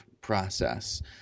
process